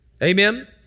amen